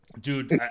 Dude